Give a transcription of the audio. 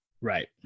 Right